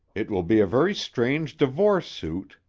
it will be a very strange divorce suit,